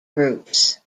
groups